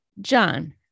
John